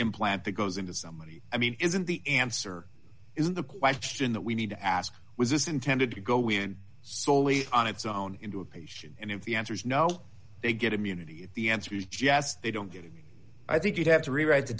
implant that goes into somebody's i mean isn't the answer isn't the question that we need to ask was this intended to go in solely on its own into a patient and if the answer is no they get immunity the answer is yes they don't get it i think you'd have to rewrite the